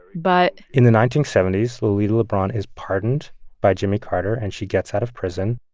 but. in the nineteen seventy s, lolita lebron is pardoned by jimmy carter, and she gets out of prison.